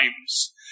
times